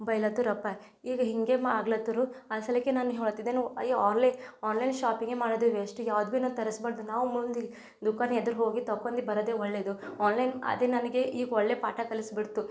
ಬೈಲತ್ತುರಪ ಈಗ ಹೀಗೆ ಮಾ ಆಗ್ಲತ್ತುರು ಅಸಲಿಗೆ ನಾನು ಹೇಳ್ತಿದ್ದೆ ನು ಅಯ್ಯೋ ಆಲೈ ಆನ್ಲೈನ್ ಶಾಪಿಂಗೆ ಮಾಡೋದೆ ವೇಸ್ಟ್ ಯಾವ್ದು ಬಿ ನ ತರಸ್ಬಾರ್ದ್ ನಾವು ಮುಂದಿನ ದುಖಾನ್ ಎದುರು ಹೋಗಿ ತಕೊಂದು ಬರೋದೆ ಒಳ್ಳೆಯದು ಆನ್ಲೈನ್ ಅದು ನನಗೆ ಈಗ ಒಳ್ಳೆಯ ಪಾಠ ಕಲಿಸಿಬಿಡ್ತು